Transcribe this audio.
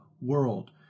world